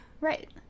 right